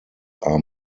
are